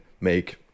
make